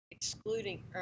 Excluding